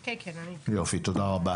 כן, כן, תודה רבה.